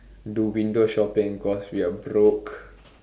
do window shopping cause we are broke